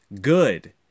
Good